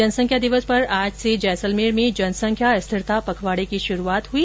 जनसंख्या दिवस पर आज से जैलसमेर में जनसंख्या स्थिरता पखवाड़े की शुरूआत हुई